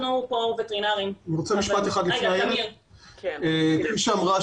כפי שאמרה